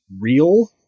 real